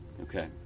Okay